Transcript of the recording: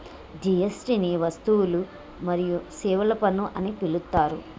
GST ని వస్తువులు మరియు సేవల పన్ను అని పిలుత్తారు